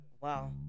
Wow